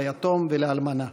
ליתום ולאלמנה.